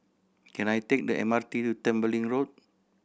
can I take the M R T to Tembeling Road